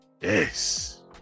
yes